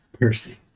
Percy